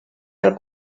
del